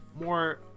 more